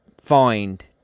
...find